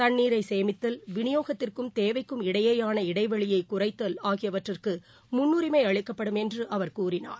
தண்ணீரைசேமித்தல் விநியோகத்திற்கும் தேவைக்கும் இடையேயான இடைவெளியைகுறைத்தல் ஆகியவற்றிற்குமுன்னுரிமைஅளிக்கப்படும் என்றுஅவர் கூறினார்